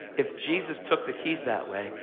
if jesus took the keys that way,